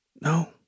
No